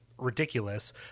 ridiculous